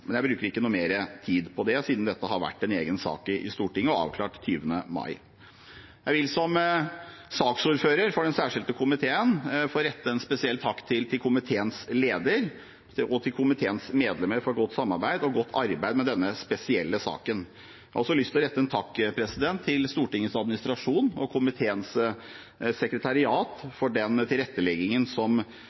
men jeg bruker ikke mer tid på det siden dette har vært en egen sak i Stortinget og ble avklart den 20. mai. Jeg vil som saksordfører for den særskilte komiteen få rette en spesiell takk til komiteens leder og til komiteens medlemmer for et godt samarbeid og godt arbeid med denne spesielle saken. Jeg har også lyst til å rette en takk til Stortingets administrasjon og komiteens sekretariat for den tilretteleggingen